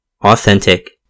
authentic